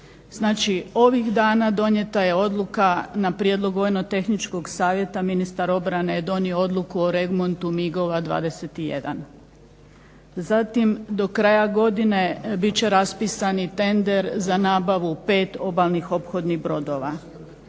ovih dana donijeta je odluka na prijedlog vojno-tehničkog Savjeta ministar obrane je donio Odluku o remontu MIG-ova 21. Zatim do kraja godine bit će raspisani tender za nabavu 5 obalnih ophodnih brodova.